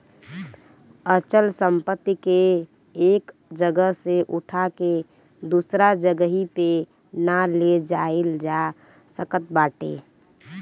अचल संपत्ति के एक जगह से उठा के दूसरा जगही पे ना ले जाईल जा सकत बाटे